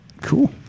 Cool